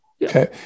Okay